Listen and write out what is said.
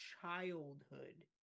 childhood